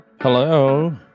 Hello